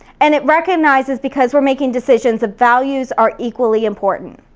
and it recognizes because we're making decisions that values are equally important.